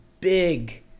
big